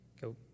Go